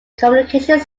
communications